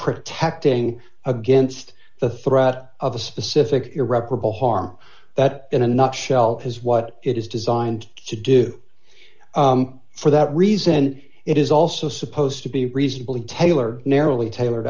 protecting against the threat of a specific irreparable harm that in a nutshell is what it is designed to do for that reason it is also supposed to be reasonably tailored narrowly tailored